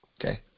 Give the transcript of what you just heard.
okay